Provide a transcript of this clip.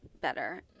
better